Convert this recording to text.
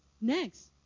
Next